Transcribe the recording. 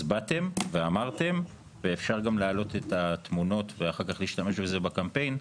אז באתם ואמרתם ואפשר גם להעלות את התמונות ואחר כך להשתמש בזה בקמפיין.